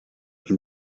این